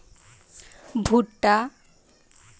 বিন, ভুট্টা, ফার্ন আর অনেক গুলা আলদা আলদা রকমের বীজ পাওয়া যায়তিছে